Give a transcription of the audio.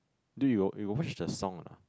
dude you got you got watch the song or not